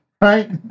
right